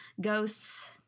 ghosts